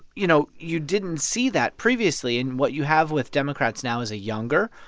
you know, you didn't see that previously. and what you have with democrats now is a younger,